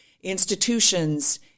institutions